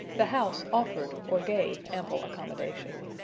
the house offered, or gave, ample accommodation.